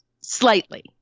Slightly